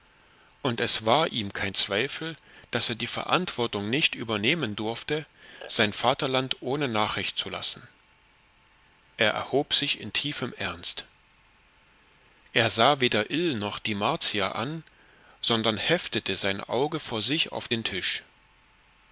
und es war ihm kein zweifel daß er die verantwortung nicht übernehmen durfte sein vaterland ohne nachricht zu lassen er erhob sich in tiefem ernst er sah weder ill noch die martier an sondern heftete sein auge vor sich auf den tisch